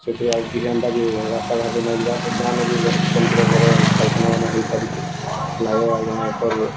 ସେଥିରେ ଆଉ କିଏ ହେନ୍ତା ବି ରାସ୍ତାଘାଟ୍କେ ନାଇଁ ଯିବାର ଗାଁନୁ ବି ସମ୍ମୁଖୀନ ପରେ ପାଇଖାନାମାନେ ହେଇ ସାରିଛି ଗାଁରୁ ଆଜ୍ଞା କର୍